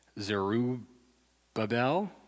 Zerubbabel